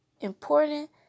important